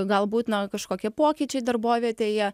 galbūt na kažkokie pokyčiai darbovietėje